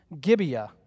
Gibeah